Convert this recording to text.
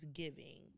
giving